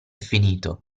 finito